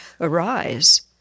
arise